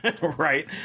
Right